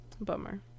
Bummer